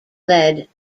led